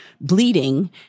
bleeding